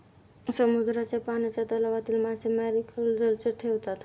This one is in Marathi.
समुद्राच्या पाण्याच्या तलावातील मासे मॅरीकल्चरमध्ये ठेवतात